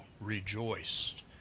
rejoiced